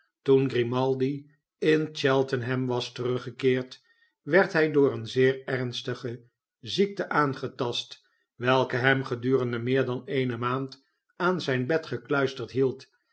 toen grimaldi in cheltenham was teruggekeerd werd hij door een zeer ernstige ziekte aangetast welke hem gedurende meer dan eene maand aan zijn bed gekluisterd hield